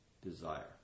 desire